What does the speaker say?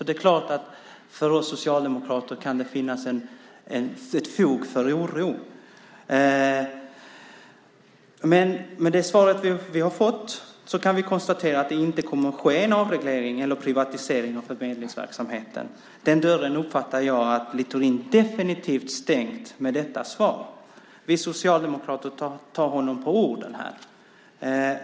Det är klart att det för oss socialdemokrater kan finnas fog för oro. Med det svar jag har fått kan jag konstatera att det inte kommer att ske en avreglering eller privatisering av förmedlingsverksamheten. Den dörren uppfattar jag att Littorin definitivt har stängt med detta svar. Vi socialdemokrater tar honom på orden här.